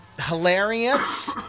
hilarious